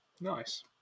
Nice